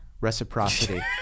Reciprocity